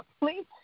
please